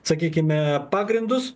sakykime pagrindus